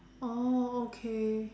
oh okay